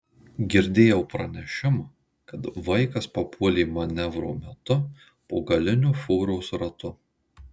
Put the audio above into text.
girdėjau pranešimą kad vaikas papuolė manevro metu po galiniu fūros ratu